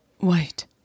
Wait